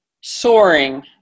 soaring